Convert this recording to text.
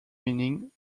meaning